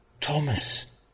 Thomas